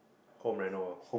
home reno ah